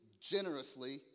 generously